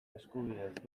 eskubideez